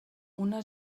una